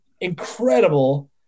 incredible